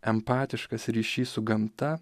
empatiškas ryšys su gamta